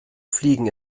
fliegen